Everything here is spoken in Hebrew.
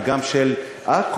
וגם של עכו,